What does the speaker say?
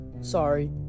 Sorry